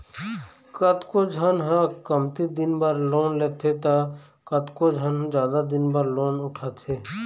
कतको झन ह कमती दिन बर लोन लेथे त कतको झन जादा दिन बर लोन उठाथे